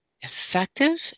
effective